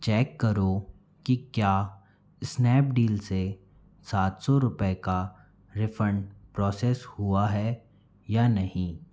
cheque करो कि क्या स्नैपडील से सात सौ रुपये का रिफ़ंड प्रॉसेस हुआ है या नहीं